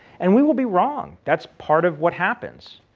and we will be wrong. that's part of what happens.